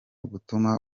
gutuma